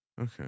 Okay